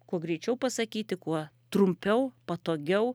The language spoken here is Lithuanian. kuo greičiau pasakyti kuo trumpiau patogiau